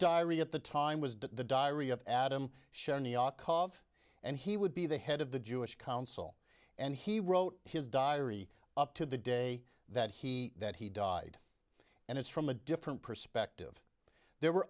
diary at the time was that the diary of adam shen yakov and he would be the head of the jewish council and he wrote his diary up to the day that he that he died and it's from a different perspective there were